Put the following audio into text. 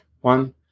One